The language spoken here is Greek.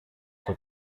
στο